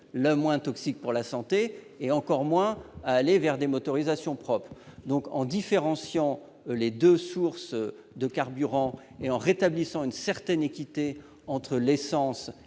le moins toxique pour la santé, et encore moins à aller vers des motorisations propres. En différenciant les deux sources de carburant et en établissant une certaine équité entre l'essence